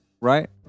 right